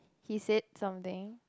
he said something